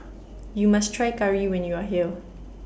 YOU must Try Curry when YOU Are here